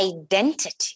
identity